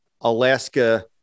Alaska